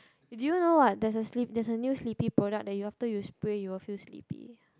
do you know what there's a sleep there's a new sleepy product that after you spray you will feel sleepy